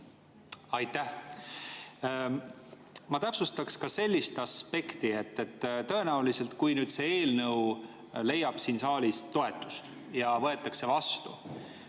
Aitäh! Ma täpsustaksin ka sellist aspekti. Tõenäoliselt, kui see eelnõu leiab siin saalis toetust ja võetakse vastu,